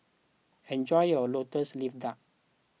enjoy your Lotus Leaf Duck